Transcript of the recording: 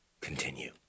Continue